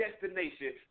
destination